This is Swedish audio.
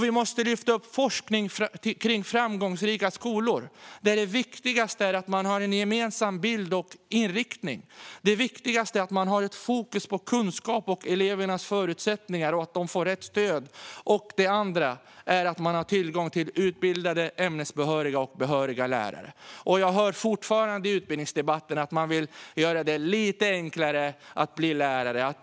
Vi måste lyfta upp forskning kring framgångsrika skolor, där det viktigaste är att man har en gemensam bild och inriktning. Det viktigaste är att man har ett fokus på kunskap och elevernas förutsättningar och att de får rätt stöd. Det andra är att man har tillgång till utbildade, ämnesbehöriga och behöriga lärare. Jag hör fortfarande i utbildningsdebatten att man vill göra det lite enklare att bli lärare.